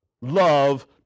Love